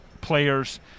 players